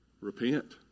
Repent